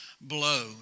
blow